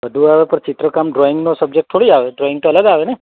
બધું આવે પર ચિત્રકામ ડ્રોઈંગનો સબ્જેક્ટ થોડી આવે ડ્રોઈંગ તો અલગ આવે ને